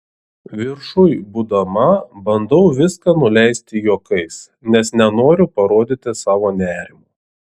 viršuj būdama bandau viską nuleisti juokais nes nenoriu parodyti savo nerimo